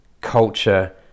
culture